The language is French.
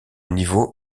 niveau